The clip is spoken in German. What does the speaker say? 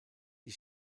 die